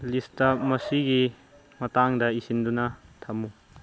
list ꯃꯁꯤꯒꯤ ꯃꯇꯥꯡꯗ ꯏꯁꯤꯟꯗꯨꯅ ꯊꯝꯃꯨ